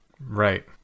right